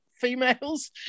females